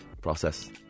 process